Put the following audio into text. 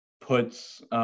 puts